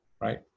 Right